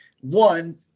one